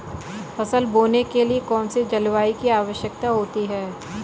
फसल बोने के लिए कौन सी जलवायु की आवश्यकता होती है?